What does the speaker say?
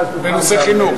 ואז תוכל גם,